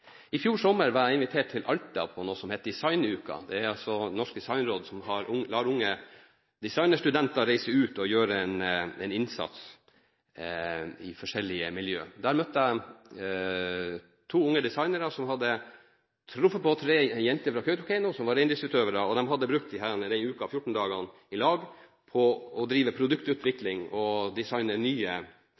I fjor sommer var jeg invitert til Alta på noe som het Designuke. Det er Norsk Designråd som lar unge designerstudenter reise ut og gjøre en innsats i forskjellige miljøer. Der møtte jeg to unge designere som hadde truffet tre jenter fra Kautokeino som var reindriftsutøvere, og de hadde brukt disse ukene – de fjorten dagene – i lag på å drive produktutvikling og